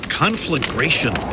conflagration